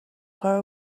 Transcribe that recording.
کار